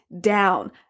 down